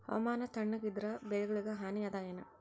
ಹವಾಮಾನ ತಣುಗ ಇದರ ಬೆಳೆಗೊಳಿಗ ಹಾನಿ ಅದಾಯೇನ?